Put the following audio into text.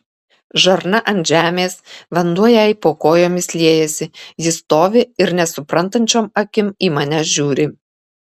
žarna ant žemės vanduo jai po kojomis liejasi ji stovi ir nesuprantančiom akim į mane žiūri